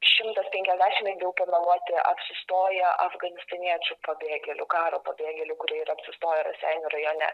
šimtas penkiasdešimt lengviau panuomuoti apsistoję afganistaniečių pabėgėlių karo pabėgėlių kurie yra apsistoję raseinių rajone